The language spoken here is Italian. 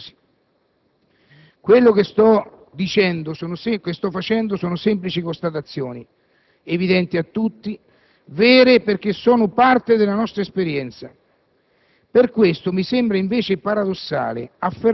dai nostri convincimenti ideologici e, forse, anche religiosi. Quelle che sto facendo sono delle semplici constatazioni, evidenti a tutti, vere perché appartenenti alla nostra esperienza.